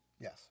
Yes